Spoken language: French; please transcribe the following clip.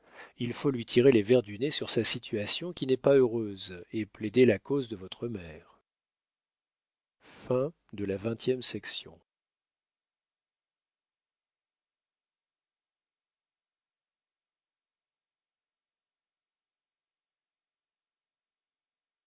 il faut lui tirer les vers du nez sur sa situation qui n'est pas heureuse et plaider la cause de votre mère